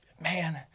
man